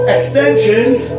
Extensions